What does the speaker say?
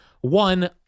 One